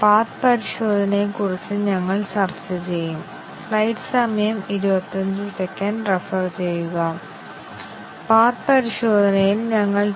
ഇതുവരെ ഞങ്ങൾ ചില വൈറ്റ് ബോക്സ് പരിശോധന തന്ത്രങ്ങൾ കണ്ടു